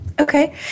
Okay